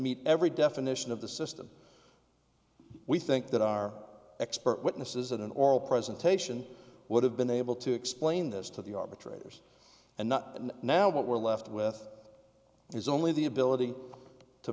meet every definition of the system we think that our expert witnesses in an oral presentation would have been able to explain this to the arbitrators and not now what we're left with is only the ability to